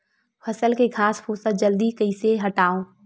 फसल के घासफुस ल जल्दी कइसे हटाव?